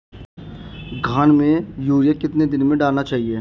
धान में यूरिया कितने दिन में डालना चाहिए?